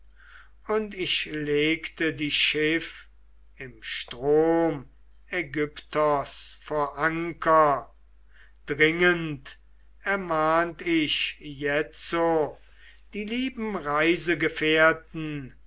und ich legte die schiff im strom aigyptos vor anker dringend ermahnt ich jetzo die lieben reisegefährten